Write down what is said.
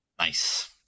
nice